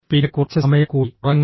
പിന്നെ കുറച്ച് സമയം കൂടി ഉറങ്ങണോ